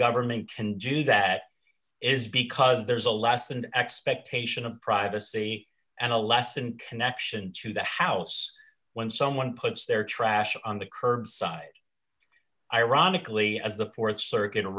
government can do that is because there is a last an expectation of privacy and a lesson connection to the house when someone puts their trash on the curbside ironically as the th circuit a